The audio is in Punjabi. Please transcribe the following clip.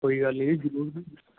ਕੋਈ ਗੱਲ ਨਹੀਂ ਜ਼ਰੂਰ ਜੀ